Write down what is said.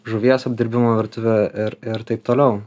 žuvies apdirbimo virtuvė ir ir taip toliau